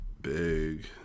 big